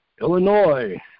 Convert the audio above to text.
Illinois